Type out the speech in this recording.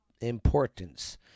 Importance